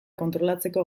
kontrolatzeko